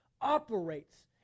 operates